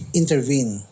intervene